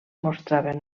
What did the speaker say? mostraven